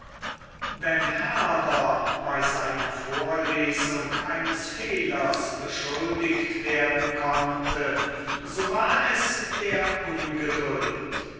wenn herder bei seiner vorlesung eines fehlers beschuldigt werden konnte so war es der ungeduld